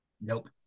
Nope